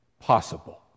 possible